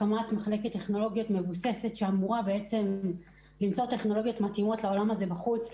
הקמת מחלקת טכנולוגיות שאמורה למצוא טכנולוגיות שמתאמות לעולם הזה בחוץ,